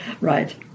Right